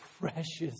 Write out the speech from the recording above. precious